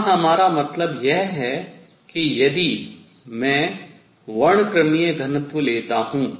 यहां हमारा मतलब यह है कि यदि मैं वर्णक्रमीय घनत्व लेता हूँ